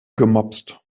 gemopst